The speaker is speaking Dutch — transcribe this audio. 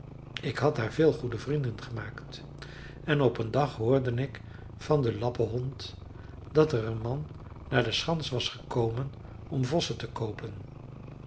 ik had daar veel goede vrienden gemaakt en op een dag hoorde ik van den lappenhond dat er een man naar de schans was gekomen om vossen te koopen